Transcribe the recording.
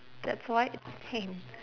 that's why it's pain